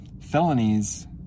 Felonies